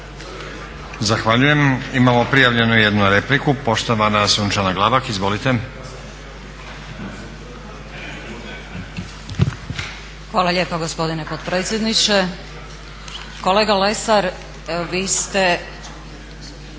Zahvaljujem. Imamo prijavljenu jednu repliku. Poštovana Sunčana Glavak, izvolite.